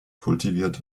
kultiviert